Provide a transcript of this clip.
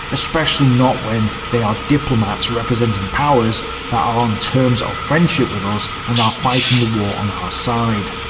especially not when they are diplomats representing powers that are on terms of friendship with us and are fighting the war on our side.